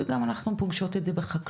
אבל אנחנו גם פוגשות ופוגשים את זה בחקלאות.